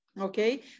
Okay